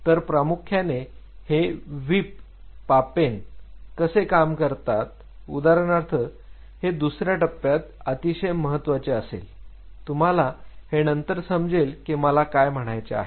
तर प्रामुख्याने हे विप पापेन कसे काम करतात उदाहरणार्थ हे दुसऱ्या टप्प्यात अतिशय महत्त्वाचे असेल तुम्हाला हे नंतर समजेल की मला काय म्हणायचे आहे